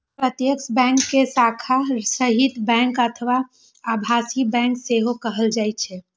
प्रत्यक्ष बैंक कें शाखा रहित बैंक अथवा आभासी बैंक सेहो कहल जाइ छै